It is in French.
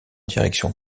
direction